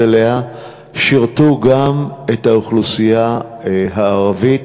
עליה שירתו גם את האוכלוסייה הערבית.